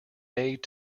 made